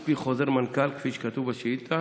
על פי חוזר מנכ"ל, כפי שכתוב בשאילתה,